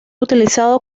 utilizado